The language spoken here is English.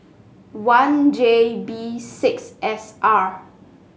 one J B six S R